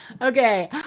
Okay